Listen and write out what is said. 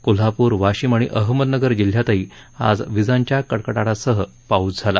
कोल्हापूर वाशिम आणि अहमदनगर जिल्ह्यातही आज विजांच्या कडाकडाटासह पाऊस झाला